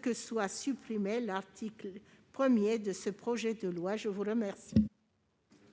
que soit supprimé l'article 1 du présent projet de loi. La parole